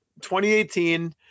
2018